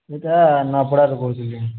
ସେଇଟା ନୂଆପଡ଼ାରୁ କହୁଥିଲି